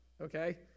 Okay